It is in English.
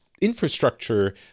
infrastructure